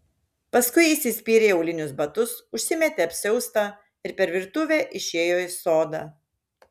paskui įsispyrė į aulinius batus užsimetė apsiaustą ir per virtuvę išėjo į sodą